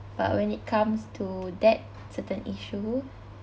but when it comes to that certain issue